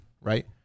right